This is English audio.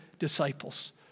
disciples